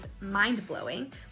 mind-blowing